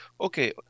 Okay